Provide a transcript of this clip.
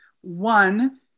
One